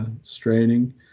straining